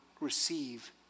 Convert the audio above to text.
receive